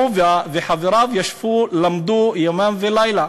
הוא וחבריו ישבו ולמדו יומם ולילה.